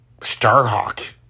Starhawk